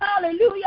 hallelujah